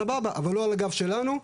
סבבה, אבל לא על הגב שלנו.